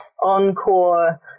encore